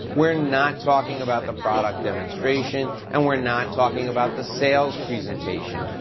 we're not talking about the product demonstration and we're not talking about the sales presentation.